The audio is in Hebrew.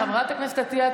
חברת הכנסת עטייה,